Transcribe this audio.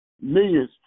Millions